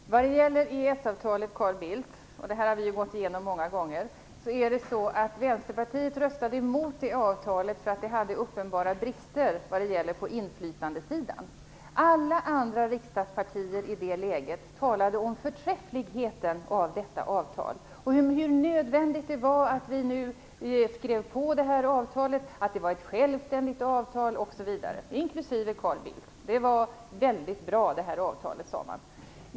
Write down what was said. Fru talman! Vad gäller EES-avtalet - det här har vi gått igenom många gånger, Carl Bildt - är det så att Vänsterpartiet röstade mot det avtalet därför att det hade uppenbara brister i fråga om inflytande. Alla andra riksdagspartier, inklusive Carl Bildts, talade i det läget om förträffligheten med detta avtal och om hur nödvändigt det var att vi nu skrev på avtalet, att det var ett självständigt avtal osv. Det här avtalet var väldigt bra, sade man.